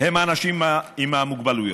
הם אנשים עם מוגבלויות.